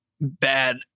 bad